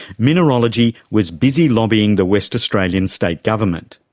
mineralogy was busy lobbying the west australian state government.